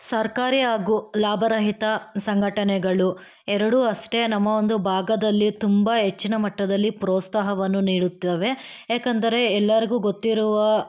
ಸರ್ಕಾರಿ ಹಾಗೂ ಲಾಭ ರಹಿತ ಸಂಘಟನೆಗಳು ಎರಡೂ ಅಷ್ಟೇ ನಮ್ಮ ಒಂದು ಭಾಗದಲ್ಲಿ ತುಂಬ ಹೆಚ್ಚಿನ ಮಟ್ಟದಲ್ಲಿ ಪ್ರೋತ್ಸಾಹವನ್ನು ನೀಡುತ್ತವೆ ಯಾಕೆಂದರೆ ಎಲ್ಲರಿಗೂ ಗೊತ್ತಿರುವ